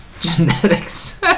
genetics